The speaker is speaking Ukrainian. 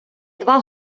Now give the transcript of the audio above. два